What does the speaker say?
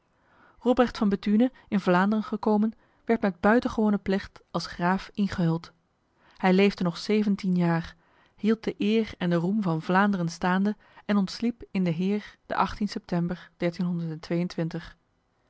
robrecht van bethune in vlaanderen gekomen werd met buitengewone plecht als graaf ingehuld hij leefde nog zeventien jaar hield de eer en de roem van vlaanderen staande en ontsliep in de heer de september